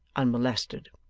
unmolested.